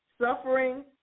suffering